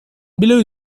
below